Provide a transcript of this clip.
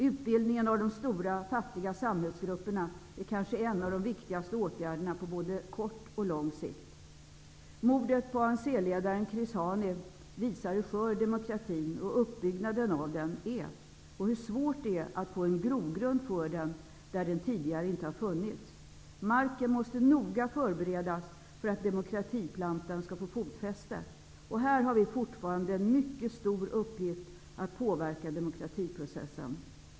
Utbildning av de stora fattiga samhällsgrupperna är kanske en av de viktigaste åtgärderna på både kort och lång sikt. Mordet på ANC-ledaren Chris Hani visade hur skör demokratin och uppbyggnaden av den är och hur svårt det är att få en grogrund för den där den tidigare inte funnits. Marken måste noga förberedas för att demokratiplantan skall få fotfäste. Här har vi fortfarande en mycket stor uppgift i att påverka demokratiprocessen.